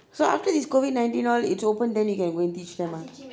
so after this COVID nineteen all it's open then you can go and teach them ah